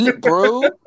bro